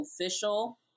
official